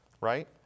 right